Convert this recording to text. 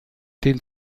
den